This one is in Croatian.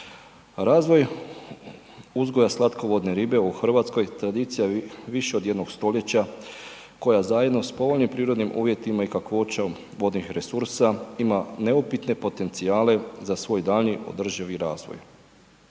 Razvoj uzgoja slatkovodne ribe u Hrvatskoj tradicija više od jednog stoljeća koja zajedno sa povoljnim prirodnim uvjetima i kakvoćom vodnih resursa ima neupitne potencijale za svoj daljnji održivi razvoj.